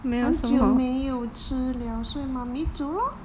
很久没有吃了所以 mommy 煮 lor